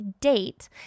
DATE